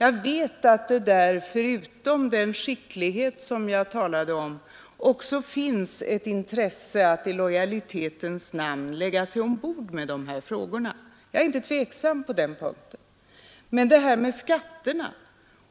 Jag vet att där, förutom den skicklighet som jag talade om, också finns ett intresse att i lojalitetens namn ta sig an de här frågorna. Jag är inte tveksam på den punkten, men det här med skatterna